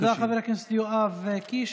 תודה, חבר הכנסת יואב קיש.